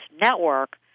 network